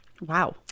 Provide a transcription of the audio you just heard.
Wow